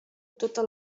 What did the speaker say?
tota